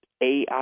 AI